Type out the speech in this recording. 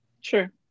Sure